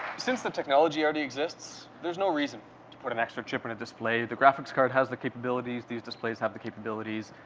since the technology already exists, there's no reason to put an extra chip in a display. the graphics card has the capabilities, these displays have the capabilities,